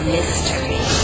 Mystery